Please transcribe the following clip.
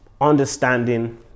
understanding